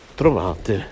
trovate